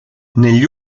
negli